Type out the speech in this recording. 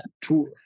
two